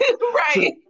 Right